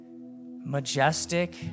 majestic